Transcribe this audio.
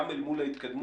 גם אל מול ההתקדמות,